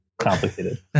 complicated